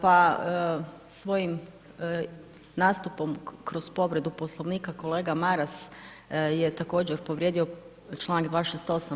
Pa svojim nastupom kroz povredu Poslovnika kolega Maras je također povrijedio čl. 268.